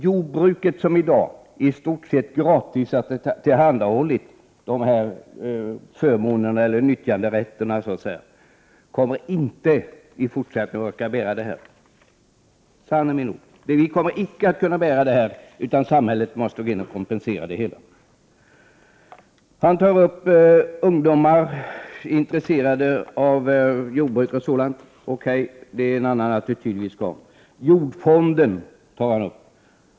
Jordbruket, som hittills i stort sett gratis har tillhandahållit de här förmånerna eller nyttjanderätterna, kommer inte i fortsättningen att orka bära den bördan, sanna mina ord! Samhället måste gå in och ge kompensation. Herr Selberg talade om ungdomar som är intresserade av jordbruk — okey, det måste till en annan attityd här — och han nämnde jordfonden.